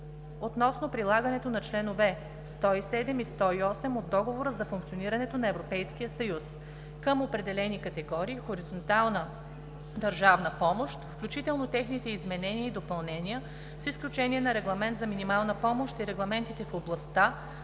относно прилагането на членове 107 и 108 от Договора за функционирането на Европейския съюз към определени категории хоризонтална държавна помощ (OB, L 248/1 от 24 септември 2015 г.), включително техните изменения и допълнения, с изключение на регламент за минимална помощ и регламентите в областта